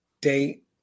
date